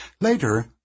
Later